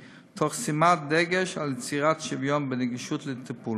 תוך שימת דגש על יצירת שוויון בנגישות לטיפול.